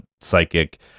psychic